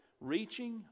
reaching